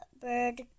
bird